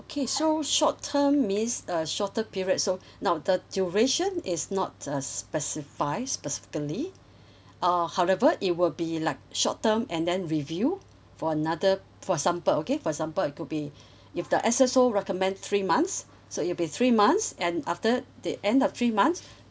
okay so short term means a shorter period so now the duration is not a specify specifically uh however it will be like short term and then review for another for example okay for example to be if the S_S_O recommend three months so it'll be three months and after the end of three months